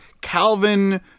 Calvin